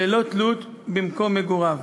ללא תלות במקום מגוריו.